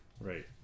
right